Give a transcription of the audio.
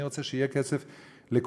אני רוצה שיהיה כסף לכולם.